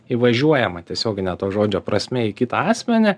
įvažiuojama tiesiogine to žodžio prasme į kitą asmenį